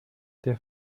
der